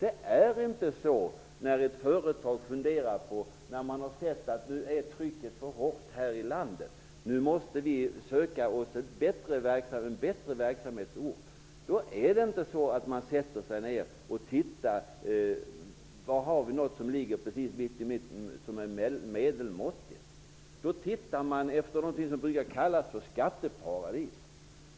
När ett företag ser att trycket är för hårt i landet och måste söka sig en bättre verksamhetsort, då letar man inte efter det medelmåttiga. Då söker man efter något som brukar kallas skatteparadis.